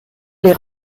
les